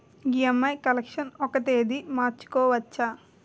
EMI collection ఒక తేదీ మార్చుకోవచ్చా?